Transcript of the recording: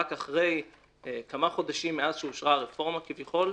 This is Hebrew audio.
רק אחרי כמה חודשים מאז שאושרה הרפורמה כביכול,